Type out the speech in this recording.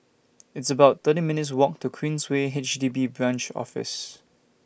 It's about thirty minutes' Walk to Queensway H D B Branch Office